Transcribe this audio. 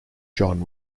john